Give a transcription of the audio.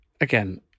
again